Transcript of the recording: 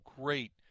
great